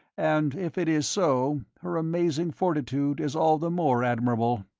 and if it is so, her amazing fortitude is all the more admirable.